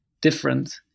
different